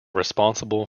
responsible